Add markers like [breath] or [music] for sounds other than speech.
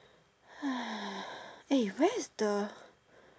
[breath] eh where's the